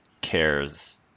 cares